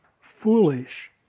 foolish